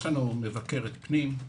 יש לנו מבקרת פנים,